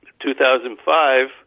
2005